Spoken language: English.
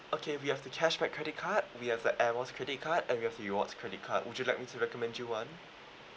okay we have the cashback credit card we have like Air Miles credit card and we have rewards credit card would you like me to recommend you one